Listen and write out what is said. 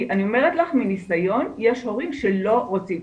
כי אני אומרת לך מניסיון, יש הורים שלא רוצים.